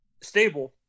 stable